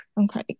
Okay